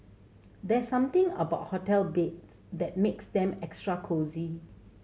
there's something about hotel beds that makes them extra cosy